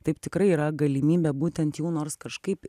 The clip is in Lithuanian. taip tikrai yra galimybė būtent jų nors kažkaip